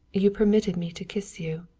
you permitted me to kiss you.